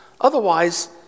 Otherwise